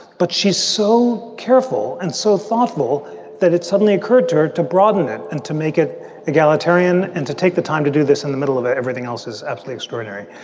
but she's so careful and so thoughtful that it suddenly occurred to her to broaden it and to make it egalitarian and to take the time to do this in the middle of it. everything else is apsley extraordinary.